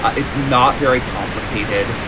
it's not very complicated.